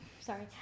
sorry